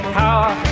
power